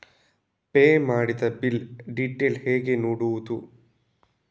Pay ಮಾಡಿದ bill detail ಹೇಗೆ ನೋಡುವುದು?